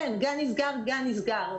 כשגן נסגר הוא נסגר,